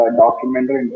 documentary